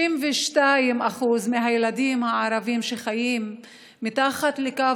52% מהילדים הערבים שחיים מתחת לקו